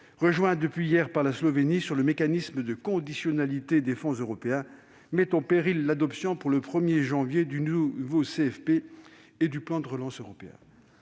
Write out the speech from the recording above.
rejointes hier par la Slovénie, sur le mécanisme de conditionnalité des fonds européens. Il met en péril l'adoption pour le 1 janvier du nouveau CFP et du plan de relance européen.